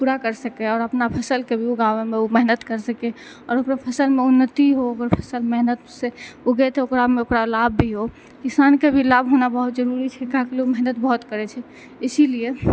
पुरा कर सकय और अपना फसलके भी ऊगाबय मे ओ मेहनत कर सकै आओर ओकरो फसलमे उन्नत्ति हो ओकर फसल मेहनत से उगेतै ओकरामे ओकरा लाभ भी हो किसके भी लाभ होना बहुत जरुरी छै कियाकि ओ मेहनत बहुत करै छै इसीलिए